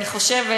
אני חושבת,